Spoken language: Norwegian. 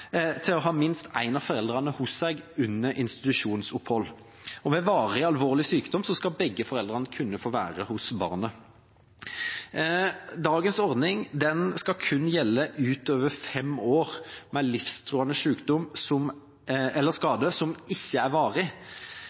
til å ha minst én av foreldrene hos seg under institusjonsopphold, og ved varig alvorlig sykdom skal begge foreldrene kunne være hos barnet. Dagens ordning skal kun gjelde utover fem år ved livstruende sykdom eller skader som ikke er varige. Et barn med varig